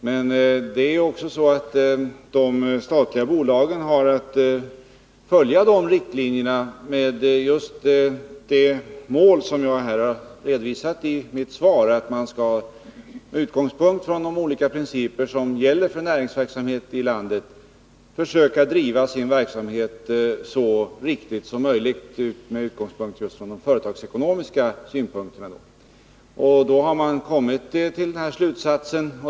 Men de statliga bolagen har att följa dessa riktlinjer med just det mål som jag här har redovisat i mitt svar, nämligen att de med utgångspunkt i de olika principer som gäller för näringsverksamheten i allmänhet skall försöka driva sin verksamhet på ett företagsekonomiskt lämpligt sätt. Då har man kommit till dessa slutsatser.